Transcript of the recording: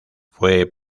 fue